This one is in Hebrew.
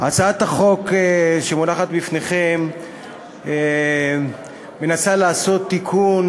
הצעת החוק שמונחת בפניכם מנסה לעשות תיקון